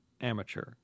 amateur